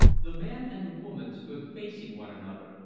the man and the woman stood facing one another,